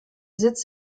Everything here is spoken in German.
sitz